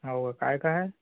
हो काय काय आहे